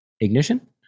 Ignition